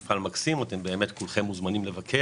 זה מפעל מקסים ואתם מוזמנים לבקר.